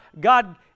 God